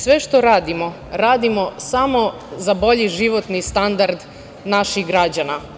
Sve što radimo radimo samo za bolji životni standard naših građana.